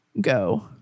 go